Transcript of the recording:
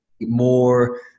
more